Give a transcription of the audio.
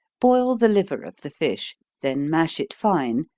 boil the liver of the fish then mash it fine,